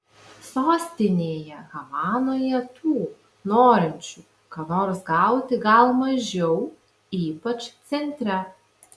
sostinėje havanoje tų norinčių ką nors gauti gal mažiau ypač centre